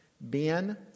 ben